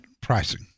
pricing